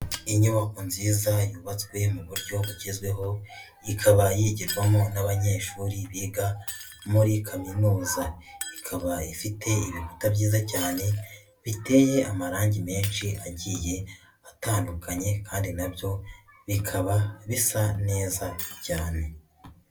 Inyubako nziza yubatswe mu buryo bugezweho, ikaba yigirwamo n'abanyeshuri biga muri kaminuza. Ikaba ifite ibikuta byiza cyane, biteye amarangi menshi agiye atandukanye kandi na byo bikaba bisa neza cyane.